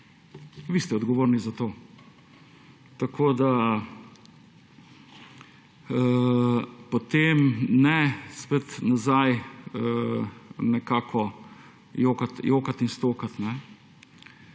Vi ste odgovorni za to! Tako da potem ne spet nazaj nekako jokati in stokati.